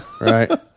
right